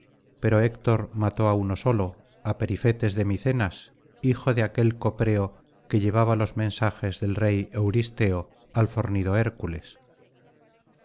pero héctor mató á uno solo á perifetes de micenas hijo de aquel copreo que llevaba los mensajes del rey euristeo al fornido hércules